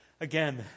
Again